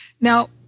Now